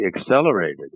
accelerated